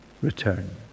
return